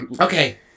Okay